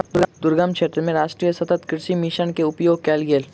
दुर्गम क्षेत्र मे राष्ट्रीय सतत कृषि मिशन के उपयोग कयल गेल